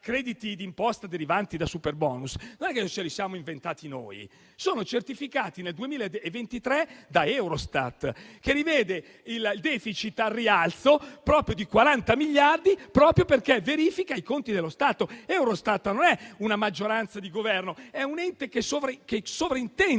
non ce li siamo inventati noi: sono certificati nel 2023 da Eurostat, che rivede il *deficit* al rialzo di 40 miliardi, proprio perché verifica i conti dello Stato. Eurostat non è una maggioranza di Governo, ma è un ente che sovrintende